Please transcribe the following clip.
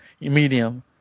Medium